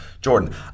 Jordan